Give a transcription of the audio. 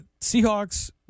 Seahawks